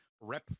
rep